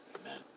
Amen